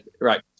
Right